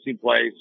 place